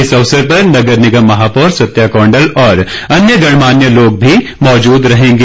इस अवसर पर नगर निगम महापौर सत्या कौंडल और अन्य गणमान्य लोग मौजूद रहेंगे